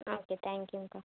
okay தேங்க்யூங்கக்கா